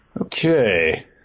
Okay